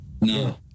No